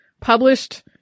published